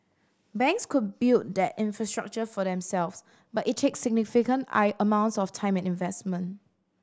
banks could build that infrastructure for themselves but it takes significant I amounts of time and investment